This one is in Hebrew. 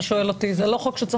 זה לא חוק שצריך לעשות.